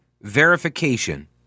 verification